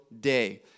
day